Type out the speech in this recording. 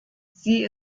sie